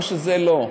או שזה לא?